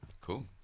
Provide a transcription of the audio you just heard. Cool